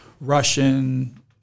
russian